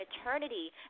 eternity